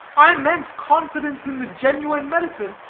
i meant confidence in the genuine medicine,